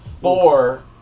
four